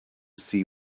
see